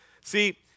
See